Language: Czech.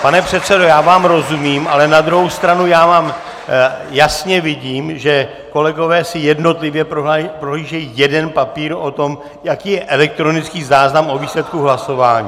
Pane předsedo, já vám rozumím, ale na druhou stranu já jasně vidím, že kolegové si jednotlivě prohlížejí jeden papír o tom, jaký je elektronický záznam o výsledku hlasování.